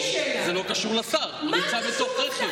זה לא קשור לשר, הוא נמצא בתוך רכב.